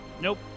Nope